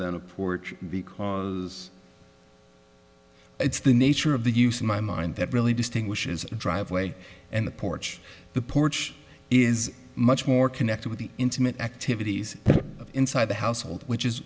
than a porch because it's the nature of the use in my mind that really distinguishes the driveway and the porch the porch is much more connected with the intimate activities inside the household which is